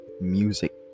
music